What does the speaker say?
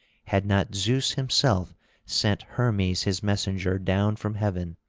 had not zeus himself sent hermes his messenger down from heaven,